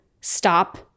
stop